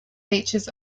features